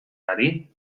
ari